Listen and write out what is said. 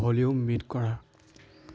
volume mute কৰা